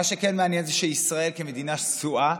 מה שכן מעניין זה שישראל, כמדינה שסועה,